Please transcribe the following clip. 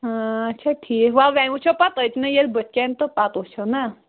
ٲں اچھا ٹھیٖک وَلہٕ وۅنۍ وُچھو پَتہٕ تٔتۍنٕے ییٚلہِ بُتھٕ کٮ۪ن تہٕ پتہٕ وُچھو نا